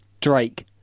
Drake